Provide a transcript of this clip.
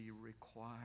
require